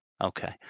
okay